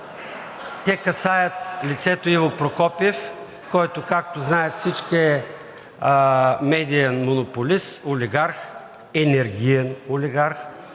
те касаят лицето Иво Прокопиев, който, както знаят всички, е медиен монополист, олигарх, енергиен олигарх.